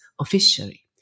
officially